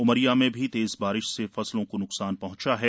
उमरिया में भी तेज बारिश से फसलों को नुकसान पहुँचा है